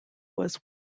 was